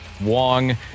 Wong